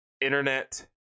internet